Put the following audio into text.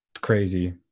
crazy